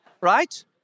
right